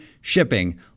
shipping